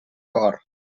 cor